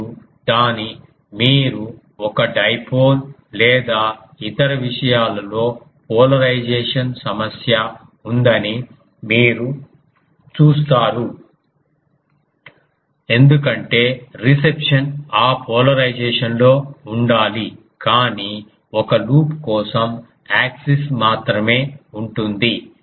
మరియు దాని మీరు ఒక డైపోల్ లేదా ఇతర విషయాలలో పోలరైజేషన్ సమస్య ఉందని మీరు చూస్తారు ఎందుకంటే రిసెప్షన్ ఆ పోలరైజేషన్ లో ఉండాలి కానీ ఒక లూప్ కోసం యాక్సిస్ మాత్రమే ఉంటుంది